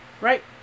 Right